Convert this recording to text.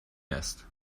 است